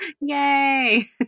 Yay